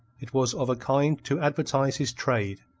it was of a kind to advertise his trade,